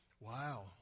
Wow